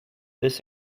this